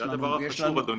אדוני